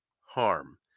harm